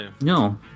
No